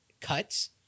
cuts